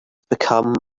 become